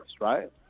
right